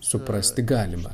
suprasti galima